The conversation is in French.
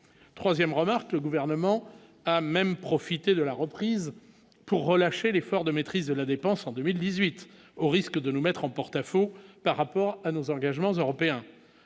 3ème remarque : le gouvernement a même profité de la reprise pour relâcher l'effort de maîtrise de la dépense en 2018, au risque de nous mettre en porte-à-faux par rapport à nos engagements européens.